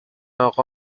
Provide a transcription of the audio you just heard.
اقا